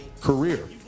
career